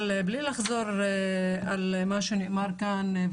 אבל בלי לחזור על מה שנאמר כאן,